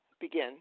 begin